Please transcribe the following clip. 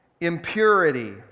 impurity